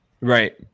Right